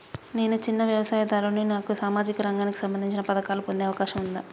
నేను చిన్న వ్యవసాయదారుడిని నాకు సామాజిక రంగానికి సంబంధించిన పథకాలు పొందే అవకాశం ఉందా?